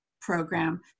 program